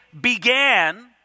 began